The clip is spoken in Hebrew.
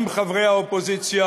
עם חברי האופוזיציה,